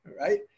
right